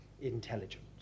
intelligence